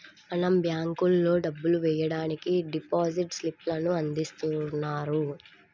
మనం బ్యేంకుల్లో డబ్బులు వెయ్యడానికి డిపాజిట్ స్లిప్ లను అందిస్తున్నారు